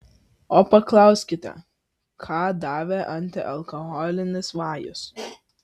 o paklauskite ką davė antialkoholinis vajus